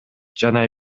жана